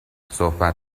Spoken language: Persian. صحبت